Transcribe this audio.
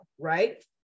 right